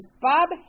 Bob